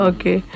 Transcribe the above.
Okay